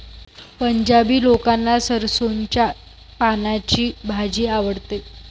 पंजाबी लोकांना सरसोंच्या पानांची भाजी आवडते